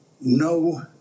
no